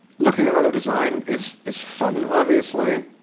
looking at other design is is fun, obviously,